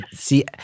See